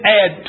add